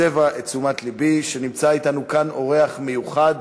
הסבה את תשומת לבי שנמצא אתנו כאן אורח מיוחד,